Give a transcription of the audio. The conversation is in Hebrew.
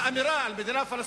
האמירה על מדינה פלסטינית,